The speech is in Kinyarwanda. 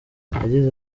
yagize